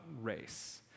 race